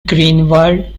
greenwald